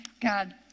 God